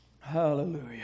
Hallelujah